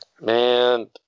man